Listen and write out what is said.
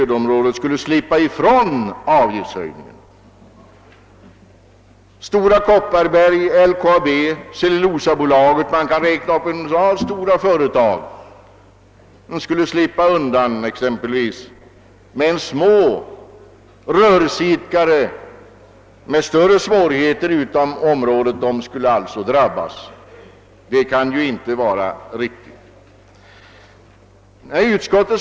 Då skulle sådana företag som Stora Kopparberg, LKAB och Cellulosabolaget — jag kunde räkna upp en hel rad sådana företag — slippa undan, samtidigt som små rörelseidkare med ekonomiska svårigheter utanför området blev drabbade. Det kan ju inte vara riktigt.